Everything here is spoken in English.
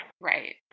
Right